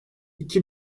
iki